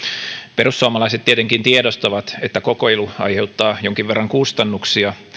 perussuomalaiset tietenkin tiedostavat että kokeilu aiheuttaa jonkin verran kustannuksia